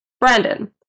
Brandon